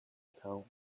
account